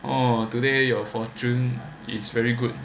oh today your fortune is very good